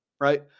right